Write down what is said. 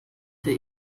für